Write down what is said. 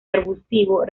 arbustivo